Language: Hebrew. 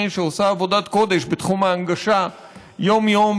שעושה עבודת קודש בתחום ההנגשה יום-יום,